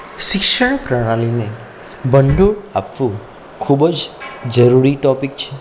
શિક્ષણ પ્રણાલીને ભંડોળ આપવું ખૂબ જ જરૂરી ટૉપિક છે